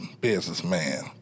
businessman